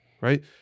right